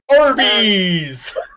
Arby's